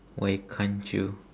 why can't you